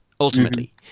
ultimately